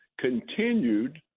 continued